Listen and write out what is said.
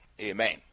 Amen